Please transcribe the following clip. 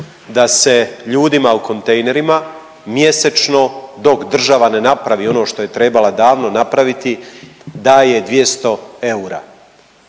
da se ljudima u kontejnerima mjesečno dok država ne napravi ono što je trebala davno napraviti daje 200 eura.